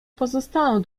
pozostaną